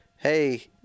hey